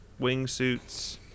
wingsuits